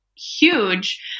huge